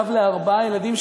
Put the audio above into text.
אב לארבעה ילדים,